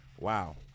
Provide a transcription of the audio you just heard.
Wow